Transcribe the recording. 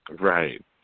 Right